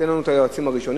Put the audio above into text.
תן לנו את היועצים הראשונים,